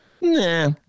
Nah